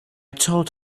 told